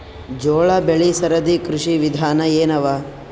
ಜೋಳ ಬೆಳಿ ಸರದಿ ಕೃಷಿ ವಿಧಾನ ಎನವ?